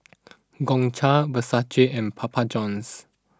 Gongcha Versace and Papa Johns